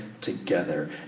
together